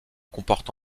comporte